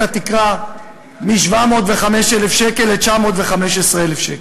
התקרה מ-705,000 שקל ל-915,000 שקל.